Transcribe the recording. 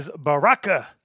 Baraka